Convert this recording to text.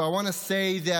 So I want to say that